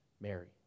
Mary